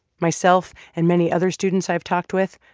myself and many other students i've talked with,